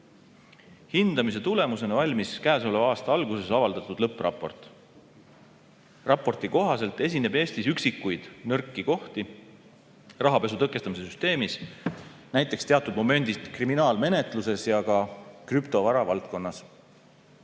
Hindamise tulemusena valmis käesoleva aasta alguses avaldatud lõppraport. Raporti kohaselt esineb Eestis üksikuid nõrku kohti rahapesu tõkestamise süsteemis, näiteks teatud momendist kriminaalmenetluses ja ka krüptovara valdkonnas.